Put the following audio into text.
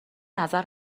نظر